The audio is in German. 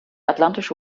atlantische